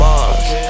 Mars